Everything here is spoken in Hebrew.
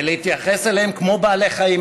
ולהתייחס אליהם כמו בעלי חיים?